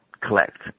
collect